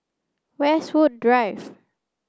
Westwood Drive